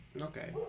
Okay